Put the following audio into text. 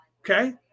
Okay